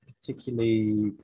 particularly